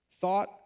Thought